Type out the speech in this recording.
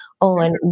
on